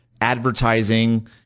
advertising